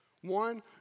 One